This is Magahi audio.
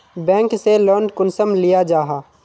बैंक से लोन कुंसम लिया जाहा?